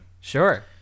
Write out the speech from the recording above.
Sure